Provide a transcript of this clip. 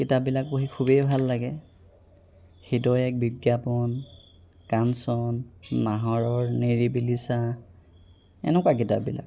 কিতাপবিলাক পঢ়ি খুবেই ভাল লাগে হৃদয় এক বিজ্ঞাপন কাঞ্চন নাহৰৰ নিৰিবিলি ছাঁ এনেকুৱা কিতাপবিলাক